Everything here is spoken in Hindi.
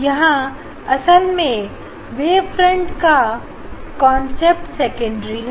जहां असल में वेवफ्रंट का कांसेप्ट सेकेंडरी है